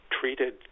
treated